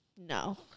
No